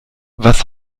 was